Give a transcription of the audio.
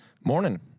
Morning